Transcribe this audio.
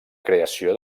creació